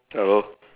hello